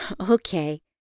Okay